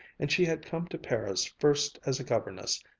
and she had come to paris first as a governess.